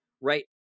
Right